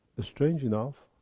strange enough,